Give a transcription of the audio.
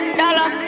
dollar